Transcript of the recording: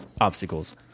obstacles